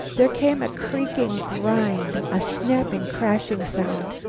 there came a creaking grind, a snapping, crashing sound,